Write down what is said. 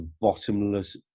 bottomless